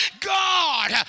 God